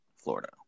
Florida